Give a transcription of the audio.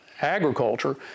agriculture